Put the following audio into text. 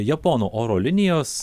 japonų oro linijos